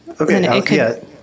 Okay